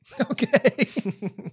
Okay